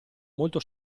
molto